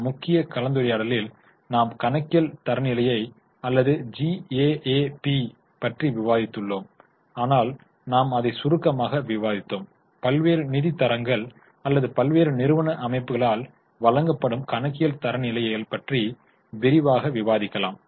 நம் முக்கிய கலந்துரையாடலில் நாம் கணக்கியல் தரநிலைகள் அல்லது ஜிஏஏபி பற்றி விவாதித்துள்ளோம் ஆனால் நாம் அதை சுருக்கமாக விவாதித்தோம் பல்வேறு நிதி தரங்கள் அல்லது பல்வேறு நிறுவன அமைப்புகளால் வழங்கப்படும் கணக்கியல் தரநிலைகள் பற்றி விரிவாக விவாதிக்கலாம்